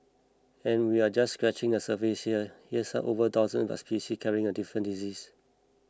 and we're just scratching the surface here there are over a thousand bat species each carrying different diseases